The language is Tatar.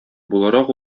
буларак